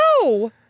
No